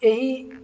ଏହି